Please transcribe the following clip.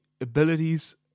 abilities